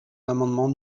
l’amendement